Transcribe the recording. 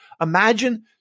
Imagine